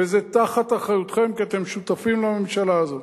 וזה תחת אחריותכם, כי אתם שותפים לממשלה הזאת.